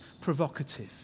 provocative